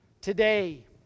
Today